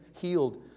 healed